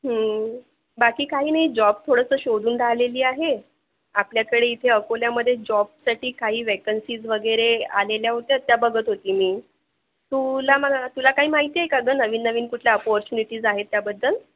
बाकी काही नाही जॉब थोडंसं शोधून राहलेली आहे आपल्याकडे इथे अकोल्यामध्ये जॉबसाठी काही वेकेन्सीज वगैरे आलेल्या होत्या त्या बघत होते मी तुला मला तुला काही माहिती आहे का गं नवीन नवीन कुठल्या अपॉर्च्युनिटीज आहेत त्याबद्दल